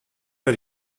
are